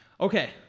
Okay